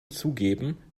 zugeben